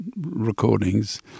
recordings